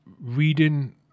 reading